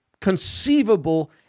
conceivable